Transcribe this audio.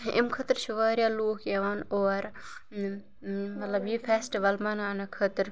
ایٚمہِ خٲطرٕ چھِ واریاہ لُکھ یِوان اور مطلب یہِ فیسٹٕوَل مَناونہٕ خٲطرٕ